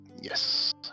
Yes